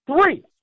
three